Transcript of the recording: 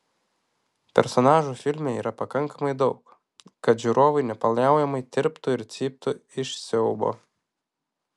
personažų filme yra pakankamai daug kad žiūrovai nepaliaujamai tirptų ir cyptų iš siaubo